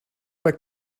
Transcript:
but